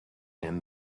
and